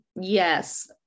yes